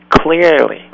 clearly